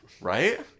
Right